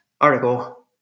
article